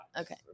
okay